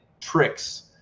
tricks